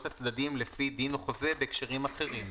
הצדדים לפי דין או חוזה בהקשרים אחרים,